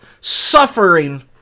suffering